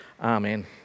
Amen